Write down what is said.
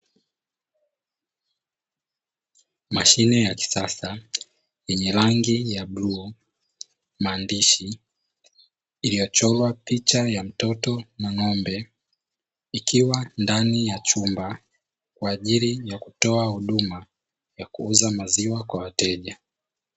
Mashine ya kisasa yenye rangi ya bluu, maandishi, iliyochorwa picha ya mtoto na ng'ombe, ikiwa ndani ya chumba kwa ajili ya kutoa huduma ya kuuza maziwa kwa wateja.